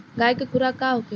गाय के खुराक का होखे?